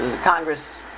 Congress